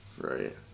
Right